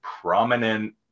prominent